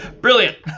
Brilliant